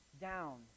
down